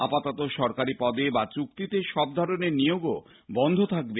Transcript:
আপাতত সরকারী পদে বা চুক্তিতে সব ধরনের নিয়োগও বন্ধ থাকবে